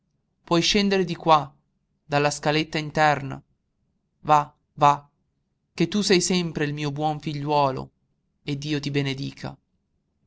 puoi scendere di qua dalla scaletta interna va va che tu sei sempre il mio buon figliuolo e dio ti benedica